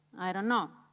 i don't know.